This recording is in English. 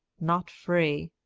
not free.